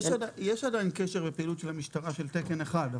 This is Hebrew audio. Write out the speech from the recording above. יש עדיין קשר לפעילות של המשטרה בתקן אחד,